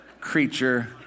creature